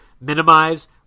minimize